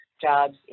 jobs